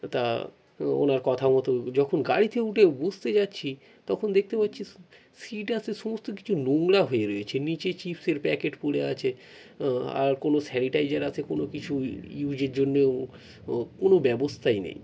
তা ও ওনার কথা মতো যখন গাড়িতে উঠে বসতে যাচ্ছি তখন দেখতে পাচ্ছি সিট আর সে সমস্ত কিছু নোংরা হয়ে রয়েছে নিচে চিপসের প্যাকেট পড়ে আছে আর কোনও স্যানিটাইজার আসে কোনও কিছুই ইউজের জন্যেও ও কোনও ব্যবস্থাই নেই